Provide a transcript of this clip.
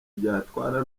byatwara